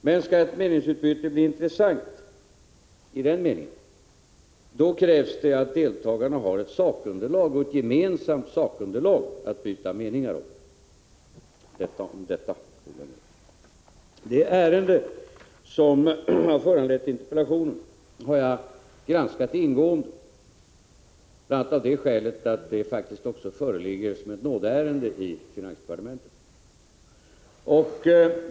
Men om ett meningsutbyte skall bli i den meningen intressant, då krävs det att deltagarna har ett gemensamt sakunderlag att byta meningar om. Detta om detta, Bo Lundgren. Det ärende som har föranlett interpellationen har jag granskat ingående bl.a. av det skälet att det faktiskt också föreligger som ett nådeärende i finansdepartementet.